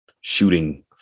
shooting